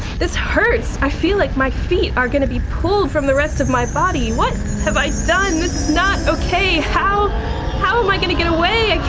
this hurts, i feel like my feet are going to be pulled from the rest of my body. what have i so done? this is not okay. how how am i going to get away?